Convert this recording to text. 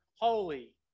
holy